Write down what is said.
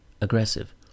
aggressive